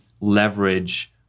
leverage